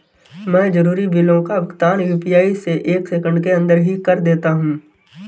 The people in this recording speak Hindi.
मैं जरूरी बिलों का भुगतान यू.पी.आई से एक सेकेंड के अंदर ही कर देता हूं